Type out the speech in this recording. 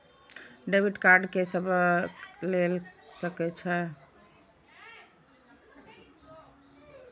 Debit card के सब ले सके छै?